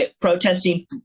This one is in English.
protesting